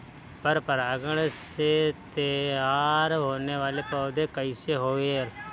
पर परागण से तेयार होने वले पौधे कइसे होएल?